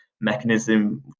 mechanism